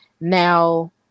Now